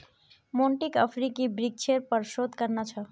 मोंटीक अफ्रीकी वृक्षेर पर शोध करना छ